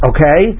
Okay